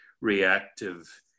reactive